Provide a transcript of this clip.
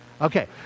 Okay